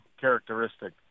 characteristic